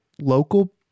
local